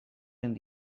and